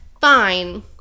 Fine